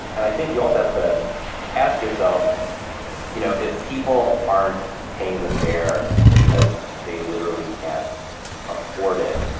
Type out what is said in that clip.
and i think you also have to ask yourself you know if people aren't paying the fare because they literally can't afford it.